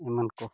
ᱮᱢᱟᱱ ᱠᱚ